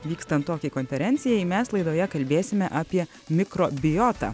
vykstant tokiai konferencijai mes laidoje kalbėsime apie mikrobiotą